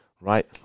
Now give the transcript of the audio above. right